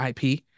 IP